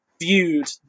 viewed